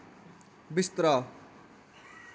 बिस्तरा